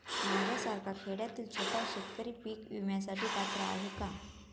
माझ्यासारखा खेड्यातील छोटा शेतकरी पीक विम्यासाठी पात्र आहे का?